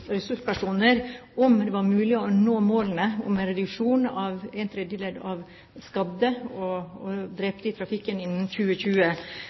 ressurspersoner var om det var mulig å nå målene om å redusere skadde og drepte i trafikken med en tredjedel innen 2020.